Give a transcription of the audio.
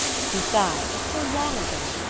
besides, it's so long ago.